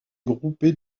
groupés